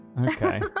Okay